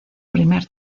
primer